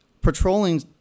patrolling